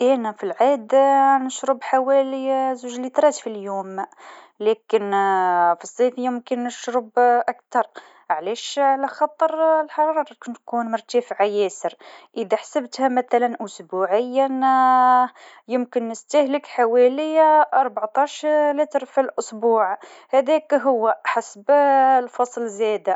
عادةً نفيق في سبعه الصباح، نعمل شوية رياضة، وبعد نفطر. نشتغل حتى الخامسه وبعد نخرج مع الأصحاب أو نقرا. نحب نتعشى في الساعة تمانيه، ونرقد حوالي الساعة احداش.